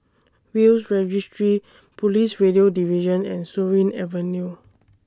Will's Registry Police Radio Division and Surin Avenue